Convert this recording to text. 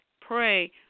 pray